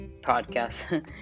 podcast